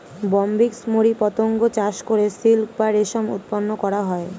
Bombyx mori পতঙ্গ চাষ করে সিল্ক বা রেশম উৎপন্ন করা হয়